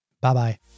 Bye-bye